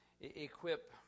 equip